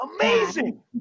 Amazing